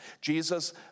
Jesus